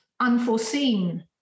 unforeseen